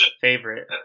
favorite